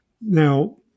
Now